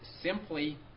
simply